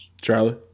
Charlie